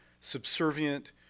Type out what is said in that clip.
subservient